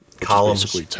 Columns